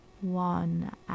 one